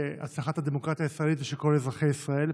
הצלחת הדמוקרטיה הישראלית ושל כל אזרחי ישראל.